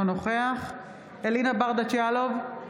אינו נוכח אלינה ברדץ' יאלוב,